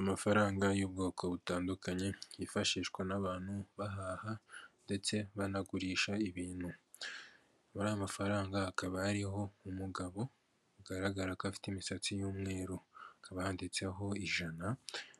Amafaranga y'ubwoko butandukanye, yifashishwa n'abantu bahaha ndetse banagurisha ibintu. Kuri ayo mafaranga hakaba ariho umugabo ugaragara ko afite imisatsi y'umweru, akaba yanditseho ijana,